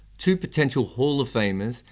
two potential hall of famers,